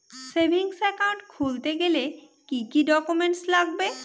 Savings account খুলতে গেলে কি কি ডকুমেন্টস লাগবে?